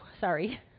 Sorry